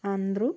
അന്ത്രു